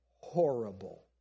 horrible